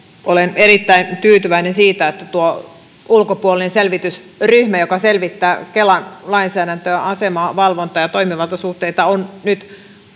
olen erittäin tyytyväinen siitä että tuo ulkopuolinen selvitysryhmä joka selvittää kelan lainsäädäntöä asemaa valvontaa ja toimivaltasuhteita on nyt